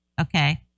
okay